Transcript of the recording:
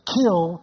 kill